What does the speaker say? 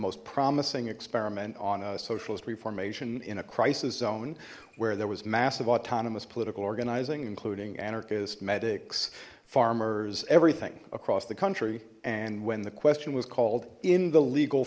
most promising experiment on a socialist reformation in a crisis zone where there was massive autonomous political organizing including anarchist medics farmers everything across the country and when the question was called in the legal